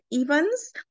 Evans